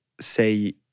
say